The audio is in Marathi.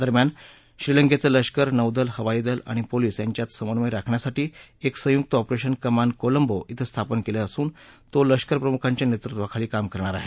दरम्यान श्रीलंकेचं लष्कर नौदल हवाईदल आणि पोलीस यांच्या समन्वय राखण्यासाठी एक संयुक्त ऑपरेशन कमांड कोलंबो धिं स्थापन केलं असून तो लष्कर प्रमुखांच्या नेतृत्वाखाली काम करणार आहे